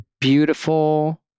beautiful